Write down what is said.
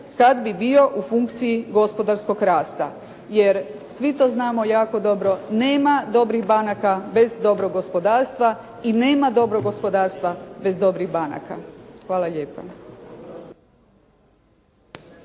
kad bi bio u funkciji gospodarskog rasta jer svi to znamo jako dobro nema dobrih banaka bez dobrog gospodarstva i nema dobrog gospodarstva bez dobrih banaka. Hvala lijepa.